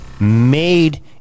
made